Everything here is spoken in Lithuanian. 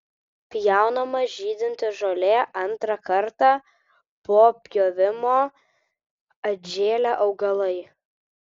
pjaunama žydinti žolė antrą kartą po pjovimo atžėlę augalai